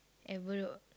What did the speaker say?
at Bedok